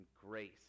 grace